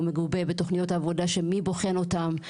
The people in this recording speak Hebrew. מגובה בתוכניות עבודה שמי בוחן אותם?